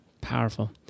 Powerful